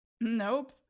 Nope